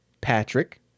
Patrick